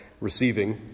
receiving